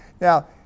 Now